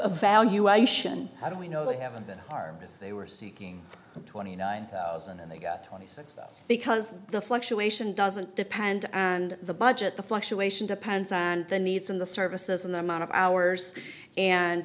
evaluation how do we know they haven't been harmed if they were seeking twenty nine thousand and they got twenty six because the fluctuation doesn't depend and the budget the fluctuation depends on the needs and the services and the amount of hours and